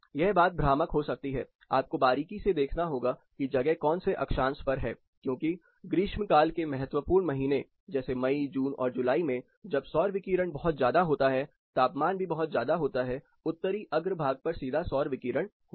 यह बात भ्रामक हो सकती है आपको बारीकी से देखना होगा की जगह कौन से अक्षांश पर है क्योंकि ग्रीष्म काल के महत्वपूर्ण महीने जैसे मई जून और जुलाई मे जब सौर विकिरण बहुत ज्यादा होता है तापमान भी बहुत ज्यादा होता है उत्तरी अग्रभाग पर सीधा सौर विकिरण होगा